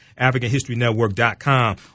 AfricanHistoryNetwork.com